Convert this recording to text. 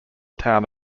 town